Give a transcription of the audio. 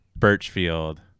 Birchfield